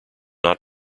not